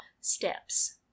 Steps